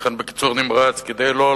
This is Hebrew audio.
התש"ע 2010, קריאה ראשונה.